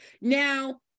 Now